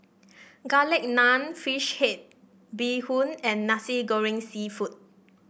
Garlic Naan fish head Bee Hoon and Nasi Goreng seafood